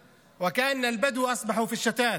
פליטים, כאילו הבדואים הפכו להיות בתפוצות.)